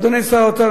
אדוני שר האוצר,